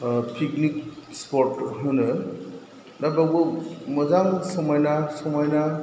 ओह फिकनिक सिफथ होनो दा बावबो मोजां समायना समायना